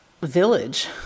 village